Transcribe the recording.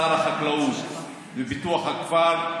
שר החקלאות ופיתוח הכפר,